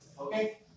Okay